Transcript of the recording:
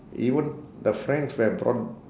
even the friends who I've brought